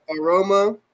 aroma